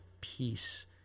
peace